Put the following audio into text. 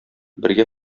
бергә